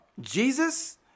Jesus